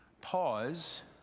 pause